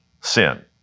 sin